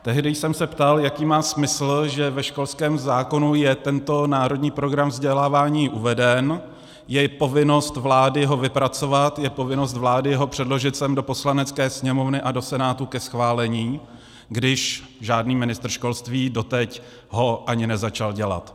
Tehdy jsem se ptal, jaký má smysl, že ve školském zákonu je tento národní program vzdělávání uveden, je povinnost vlády ho vypracovat, je povinnost vlády ho předložit sem do Poslanecké sněmovny a do Senátu ke schválení, když žádný ministr školství doteď ho ani nezačal dělat.